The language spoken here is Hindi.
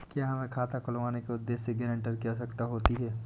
क्या हमें खाता खुलवाने के उद्देश्य से गैरेंटर की आवश्यकता होती है?